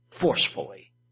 forcefully